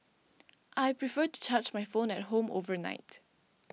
I prefer to charge my phone at home overnight